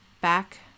back